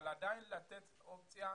אבל עדיין לתת אופציה.